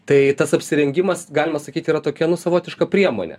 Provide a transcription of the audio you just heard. tai tas apsirengimas galima sakyt yra tokia nu savotiška priemonė